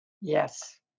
Yes